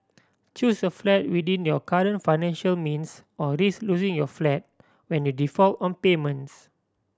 choose a flat within your current financial means or risk losing your flat when you default on payments